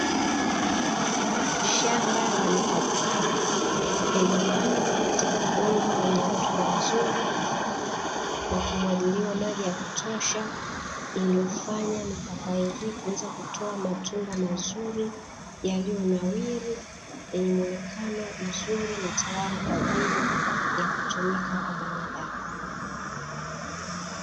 Shamba la mipapai iliyopandwa katika udongo wenye rutuba nzuri na kumwagiliwa maji yakutosha, iliyofanya mipapai hii kuweza kutoa matunda mazuri yaliyonawiri, yenye muonekano mzuri na tayari kwa ajili ya kutumika kwa mwanadamu.